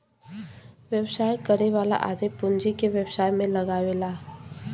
व्यवसाय करे वाला आदमी पूँजी के व्यवसाय में लगावला